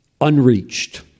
unreached